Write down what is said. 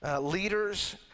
leaders